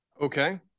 Okay